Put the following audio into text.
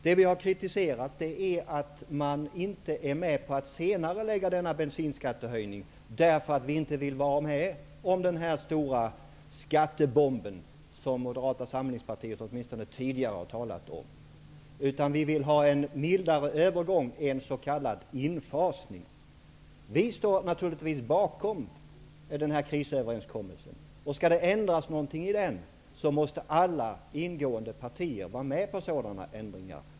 Det vi har kritiserat är att man inte är med på att senarelägga denna bensinskattehöjning. Vi vill inte vara med om den stora skattebomb som Moderata samlingspartiet åtminstone tidigare har talat om. Vi vill ha en mildare övergång, en s.k. infasning. Vi står naturligtvis bakom krisöverenskommelsen. Skall det ändras något i den måste självklart alla ingående partier vara med på sådana ändringar.